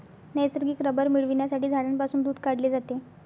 नैसर्गिक रबर मिळविण्यासाठी झाडांपासून दूध काढले जाते